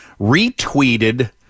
retweeted